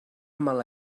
mala